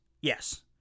Yes